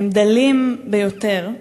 הם דלים ביותר,